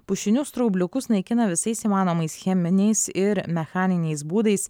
pušinius straubliukus naikina visais įmanomais cheminiais ir mechaniniais būdais